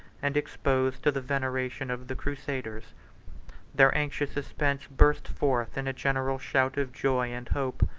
and exposed to the veneration of the crusaders their anxious suspense burst forth in a general shout of joy and hope,